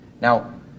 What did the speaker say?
Now